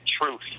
truth